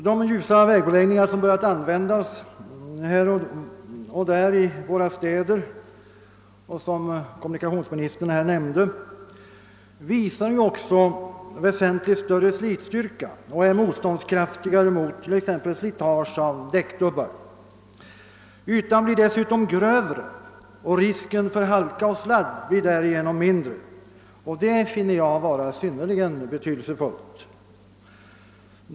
De ljusa vägbeläggningar, som börjat användas här och där i våra städer och som kommunikationsministern nämnde visar också väsentligt större slitstyrka och är motståndskraftigare mot t.ex. slitage av däckdubbar. Ytan blir dessutom grövre och risken för halka och sladd blir därigenom mindre, och det finner jag vara synnerligen betydelsefullt.